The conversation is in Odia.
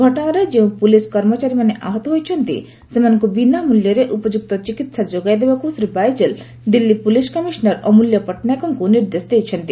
ଘଟଣାରେ ଯେଉଁ ପୁଲିସ୍ କର୍ମଚାରୀମାନେ ଆହତ ହୋଇଛନ୍ତି ସେମାନଙ୍କୁ ବିନା ମୂଲ୍ୟରେ ଉପଯୁକ୍ତ ଚିକିତ୍ସା ଯୋଗାଇ ଦେବାକୁ ଶ୍ରୀ ବାଇଜଲ୍ ଦିଲ୍ଲୀ ପୁଲିସ୍ କମିଶନର୍ ଅମ୍ବଲ୍ୟ ପଟ୍ଟନାୟକଙ୍କୁ ନିର୍ଦ୍ଦେଶ ଦେଇଛନ୍ତି